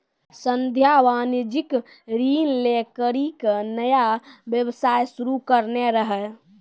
संध्या वाणिज्यिक ऋण लै करि के नया व्यवसाय शुरू करने रहै